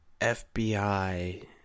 FBI